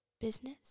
business